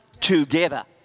together